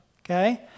okay